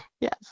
Yes